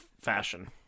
fashion